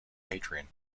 hadrian